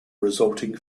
resulting